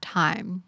time